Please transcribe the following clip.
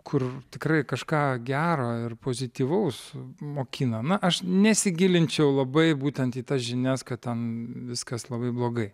kur tikrai kažką gero ir pozityvaus mokina na aš nesigilinčiau labai būtent į tas žinias kad ten viskas labai blogai